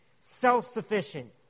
self-sufficient